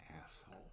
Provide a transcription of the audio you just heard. Asshole